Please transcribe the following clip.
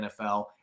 NFL